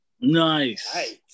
Nice